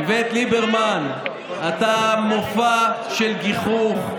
איווט ליברמן, אתה מופע של גיחוך.